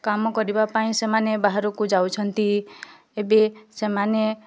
କାମ କରିବା ପାଇଁ ସେମାନେ ବାହାରକୁ ଯାଉଛନ୍ତି ଏବେ ସେମାନେ